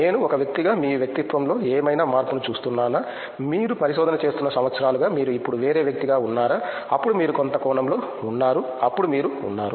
నేను ఒక వ్యక్తిగా మీ వ్యక్తిత్వంలో ఏమైనా మార్పును చూస్తున్నానా మీరు పరిశోధన చేస్తున్న సంవత్సరాలుగా మీరు ఇప్పుడు వేరే వ్యక్తిగా ఉన్నారా అప్పుడు మీరు కొంత కోణంలో ఉన్నారు అప్పుడు మీరు ఉన్నారు